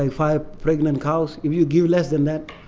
and five pregnant cows. if you give less than that,